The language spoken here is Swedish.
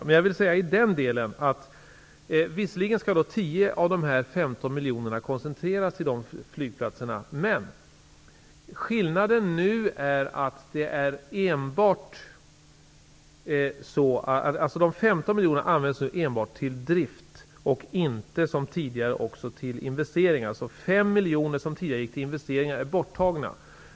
Jag vill i den delen säga att visserligen skall 10 av de 15 miljonerna koncentreras till de flygplatserna, men skillnaden nu är att de 15 miljonerna enbart används till drift och inte som tidigare även till investeringar. 5 miljoner, som tidigare gick till investeringar, är borttagna.